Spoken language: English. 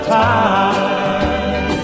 time